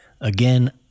Again